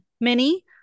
mini